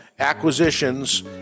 acquisitions